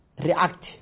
react